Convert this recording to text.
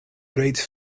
grades